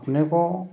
अपने को